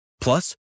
Plus